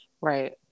right